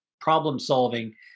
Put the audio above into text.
problem-solving